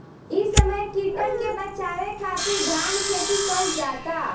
इ समय कीटन के बाचावे खातिर धान खेती कईल जाता